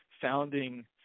founding